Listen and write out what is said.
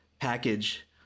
package